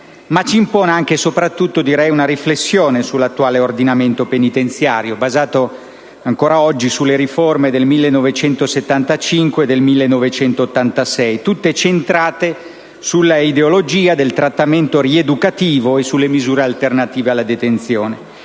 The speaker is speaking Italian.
del personale, ma soprattutto una riflessione sull'attuale ordinamento penitenziario, basato ancora oggi sulle riforme del 1975 e del 1986, tutte centrate sull'ideologia del trattamento rieducativo e sulle misure alternative alla detenzione